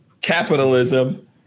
capitalism